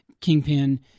Kingpin